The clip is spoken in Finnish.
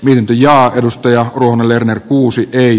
myynti ja edustaja kulonen lerner kuusi ei